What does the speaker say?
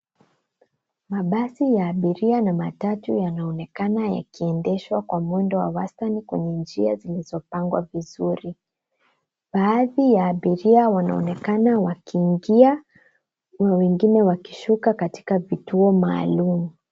Mabasi ya abiria na matatu yanaonekana yakiendeshwa kwa mwendo wa wastani kwenye njia zilizopangwa vizuri. Baadhi ya abiria wanaonekana wakiingia na wengine wakishuka katika vituo maalumu.